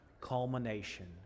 culmination